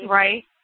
right